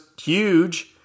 huge